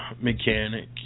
mechanic